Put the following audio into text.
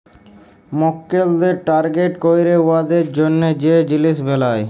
মক্কেলদের টার্গেট ক্যইরে উয়াদের জ্যনহে যে জিলিস বেলায়